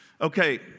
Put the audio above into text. Okay